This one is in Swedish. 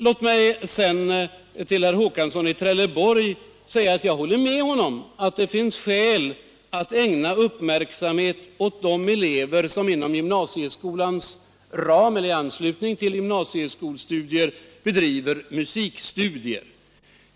Jag håller med herr Håkansson i Trelleborg om att det finns skäl att ägna uppmärksamhet åt de elever som i anslutning till gymnasiestudier bedriver musikstudier.